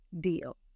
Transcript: deal